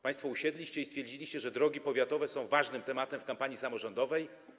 Państwo usiedliście i stwierdziliście, że drogi powiatowe są ważnym tematem w kampanii samorządowej.